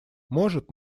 может